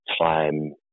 time